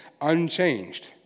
unchanged